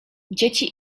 dzieci